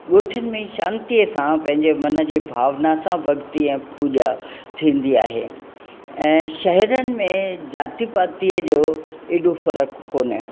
ॻोठनि में शांतीअ सां पंहिंजे मन जे भावना सां भक्ती ऐं पूॼा थींदी आहे ऐं शहिरनि में जाती पातीअ जो एॾो फ़र्क़ु कोने